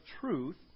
truth